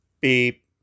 Beep